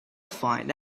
find